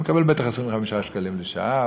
שמקבל בטח 25 שקלים לשעה,